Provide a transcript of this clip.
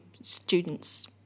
students